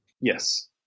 Yes